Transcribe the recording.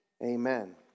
amen